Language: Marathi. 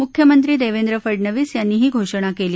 मुख्यमंत्री देवेंद्र फडणवीस यांनी ही घोषणा केली